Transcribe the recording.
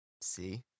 See